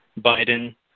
Biden